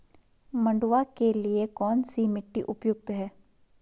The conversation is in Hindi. मंडुवा के लिए कौन सी मिट्टी उपयुक्त है?